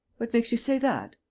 what makes you say that?